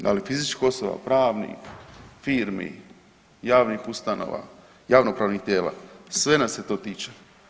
Da li fizička osoba, pravnih, firmi, javnih ustanova, javnopravnih tijela, sve nas se to tiče.